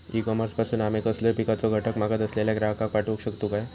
E commerce पासून आमी कसलोय पिकाचो घटक मागत असलेल्या ग्राहकाक पाठउक शकतू काय?